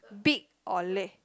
big or leh